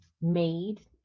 made